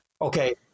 Okay